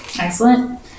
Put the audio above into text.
Excellent